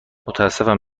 متاسفم